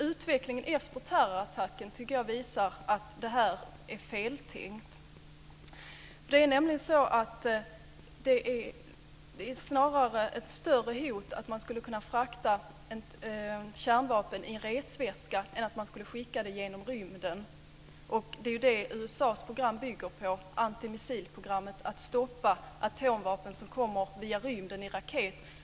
Utvecklingen efter terrorattacken tycker jag visar att detta är feltänkt. Det är nämligen ett större hot att man kan frakta ett kärnvapen i en resväska än att man kan skicka det genom rymden. Det är ju det USA:s antimissilprogram bygger på: att stoppa atomvapen som kommer via rymden i raket.